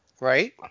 Right